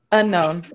unknown